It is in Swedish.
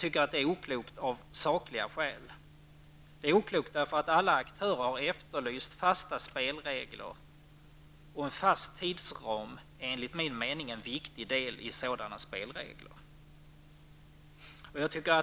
Det är oklokt därför att alla aktörer har efterlyst fasta spelregler, och en fast tidsram är enligt min mening en viktig del i sådana spelregler.